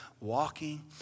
walking